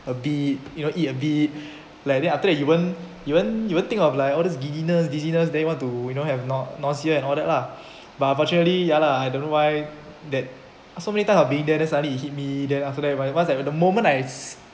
a bit you know eat a bit like then after that you won't you won't you won't think of like all those giddiness dizziness that you want to you know have nau~ nausea and all that lah but unfortunately ya lah I don't know why that so many times I've being there then suddenly it hit me then after that once at the moment I